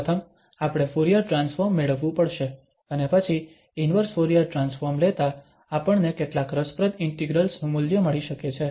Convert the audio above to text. પ્રથમ આપણે Fourier transform મેળવવું પડશે અને પછી ઇન્વર્સ ફુરીયર ટ્રાન્સફોર્મ લેતા આપણને કેટલાક રસપ્રદ ઇન્ટિગ્રલ્સ નું મૂલ્ય મળી શકે છે